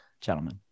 gentlemen